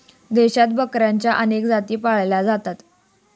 देशात बकऱ्यांच्या अनेक जाती पाळल्या जातात